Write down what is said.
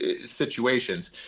situations